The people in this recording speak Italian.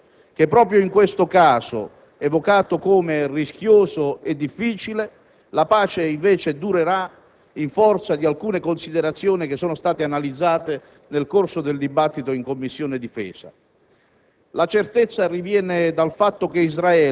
Personalmente, credo e sono certo che proprio in questo caso, evocato come rischioso e difficile, la pace, invece, durerà in forza di alcune considerazioni che sono state analizzate nel corso del dibattito in Commissione difesa.